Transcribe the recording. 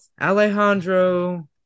Alejandro